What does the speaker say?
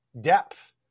depth